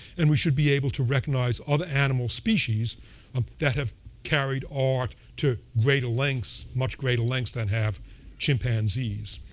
and we should be able to recognize other animal species um that have carried art to greater lengths, much greater length, than have chimpanzees.